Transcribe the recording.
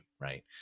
right